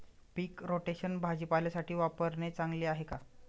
पीक rotation भाजीपाल्यासाठी वापरणे चांगले आहे का?